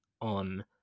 on